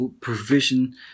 provision